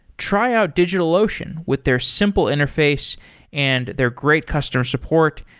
try out digitalocean with their simple interface and their great customer support.